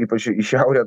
ypač į šiaurę